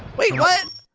wait what!